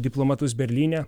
diplomatus berlyne